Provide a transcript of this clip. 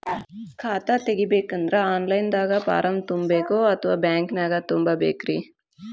ಖಾತಾ ತೆಗಿಬೇಕಂದ್ರ online ದಾಗ ಫಾರಂ ತುಂಬೇಕೊ ಅಥವಾ ಬ್ಯಾಂಕನ್ಯಾಗ ತುಂಬ ಬೇಕ್ರಿ?